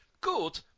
Good